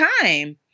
time